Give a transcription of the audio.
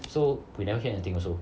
so we never hear anything also